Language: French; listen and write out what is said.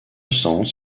sens